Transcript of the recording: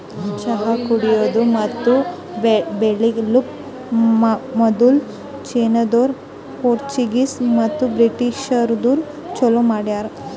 ಚಹಾ ಕುಡೆದು ಮತ್ತ ಬೆಳಿಲುಕ್ ಮದುಲ್ ಚೀನಾದೋರು, ಪೋರ್ಚುಗೀಸ್ ಮತ್ತ ಬ್ರಿಟಿಷದೂರು ಚಾಲೂ ಮಾಡ್ಯಾರ್